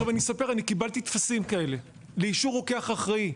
עכשיו, אני קיבלתי טפסים כאלה לאישור רוקח אחראי,